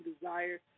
desire